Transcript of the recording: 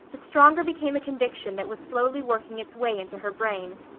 the stronger became a conviction that was slowly working its way into her brain.